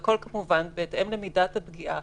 והכול, כמובן, בהתאם למידת הפגיעה